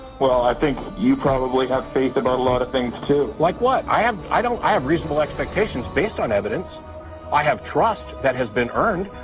well i think you probably have faith about a lot of things too like what i have i don't have reasonable expectations based on evidence i have trust that has been earned.